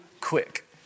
quick